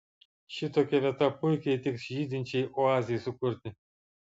šitokia vieta puikiai tiks žydinčiai oazei sukurti